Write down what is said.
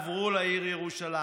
עברו לעיר ירושלים.